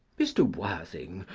mr. worthing,